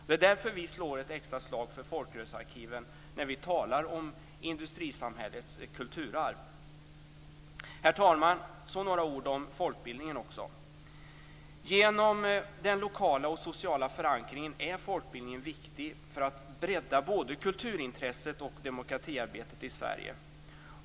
Det är därför som vi slår ett extra slag för folkrörelsearkiven när vi talar om industrisamhällets kulturarv. Herr talman! Så några ord om folkbildningen. Genom den lokala och sociala förankringen är folkbildningen viktig för att bredda både kulturintresset och demokratiarbetet i Sverige.